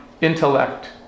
intellect